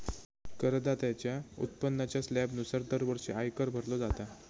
करदात्याच्या उत्पन्नाच्या स्लॅबनुसार दरवर्षी आयकर भरलो जाता